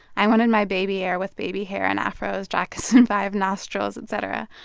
i wanted my baby heir with baby hair and afros, jackson five nostrils, et cetera.